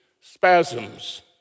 spasms